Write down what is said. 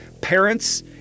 parents